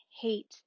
hate